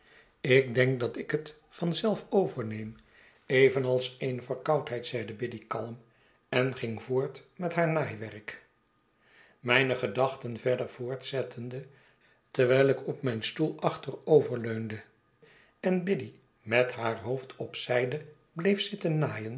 ik denk dat ik bet van zelf overneem evenals eene verkoudheid zeide biddy kalm en ging voort met haar naaiwerk mijne gedachten verder voortzettende terwijl ik op mijn stoel achteroverleunde en biddy met haar boofd op zijde bleef zitten naaien